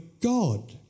God